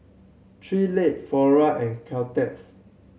Three Legs Flora and Caltex